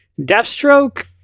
Deathstroke